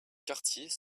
quartiers